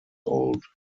old